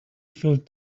filled